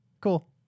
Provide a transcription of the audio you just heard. cool